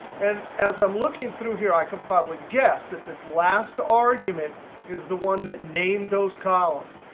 and as i'm looking through here, i can probably guess that this last argument is the one that named those columns.